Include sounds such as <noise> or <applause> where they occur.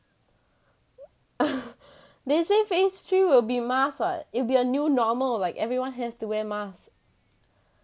<laughs> they say phase three will be mask [what] it'll be a new normal like everyone has to wear mask